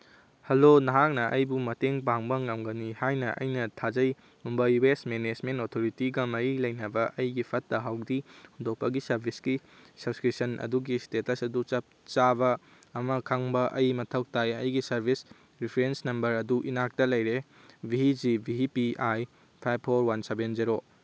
hello ꯅꯍꯥꯛꯅ ꯑꯩꯕꯨ ꯃꯇꯦꯡ ꯄꯥꯡꯕ ꯉꯝꯒꯅꯤ ꯍꯥꯏꯅ ꯑꯩꯅ ꯊꯥꯖꯩ ꯃꯨꯝꯕꯥꯏ ꯋꯦꯁ ꯃꯦꯅꯦꯁꯃꯦꯟ ꯑꯣꯊꯣꯔꯤꯇꯤꯒ ꯃꯔꯤ ꯂꯩꯅꯕ ꯑꯩꯒꯤ ꯐꯠꯇ ꯍꯥꯎꯗꯤ ꯍꯨꯟꯗꯣꯛꯄꯒꯤ ꯁꯔꯚꯤꯁꯀꯤ ꯁꯞꯁꯀ꯭ꯔꯤꯞꯁꯟ ꯑꯗꯨꯒꯤ ꯏꯁꯇꯦꯇꯁ ꯑꯗꯨ ꯆꯞ ꯆꯥꯕ ꯑꯃ ꯈꯪꯕ ꯑꯩ ꯃꯊꯧ ꯇꯥꯏ ꯑꯩꯒꯤ ꯁꯔꯚꯤꯁ ꯔꯤꯐ꯭ꯔꯦꯟꯁ ꯅꯝꯕꯔ ꯑꯗꯨ ꯏꯅꯥꯛꯇ ꯂꯩꯔꯦ V G V P I five four one seven zero